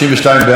32 בעד,